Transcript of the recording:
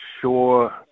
sure